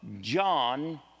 John